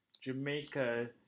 Jamaica